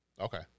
Okay